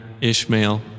Ishmael